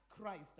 Christ